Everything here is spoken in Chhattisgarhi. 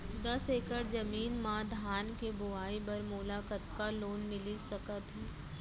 दस एकड़ जमीन मा धान के बुआई बर मोला कतका लोन मिलिस सकत हे?